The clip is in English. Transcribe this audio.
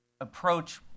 approach